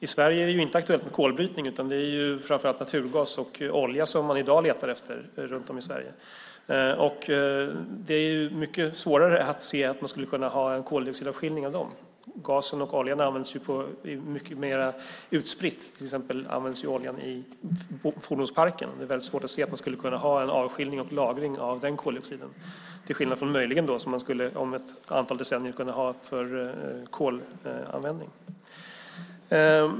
I Sverige är det inte aktuellt med kolbrytning, utan det är framför allt naturgas och olja som man i dag letar efter runt om i Sverige. Det är mycket svårare att se att man skulle kunna ha en koldioxidavskiljning av dem. Gasen och oljan används mycket mer utspritt. Till exempel används oljan i fordonsparken. Det är svårt att se att man skulle kunna ha en avskiljning och lagring av den koldioxiden, till skillnad från vad man möjligen skulle kunna ha om ett antal decennier för kolanvändning.